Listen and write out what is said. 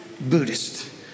Buddhist